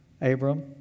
Abram